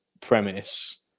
premise